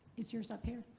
is yours up here?